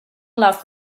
love